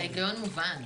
ההיגיון מובן.